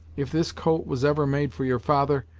if this coat was ever made for your father,